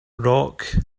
rock